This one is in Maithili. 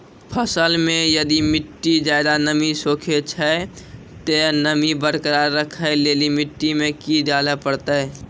फसल मे यदि मिट्टी ज्यादा नमी सोखे छै ते नमी बरकरार रखे लेली मिट्टी मे की डाले परतै?